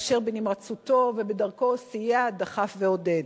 אשר בנמרצותו ובדרכו סייע, דחף ועודד.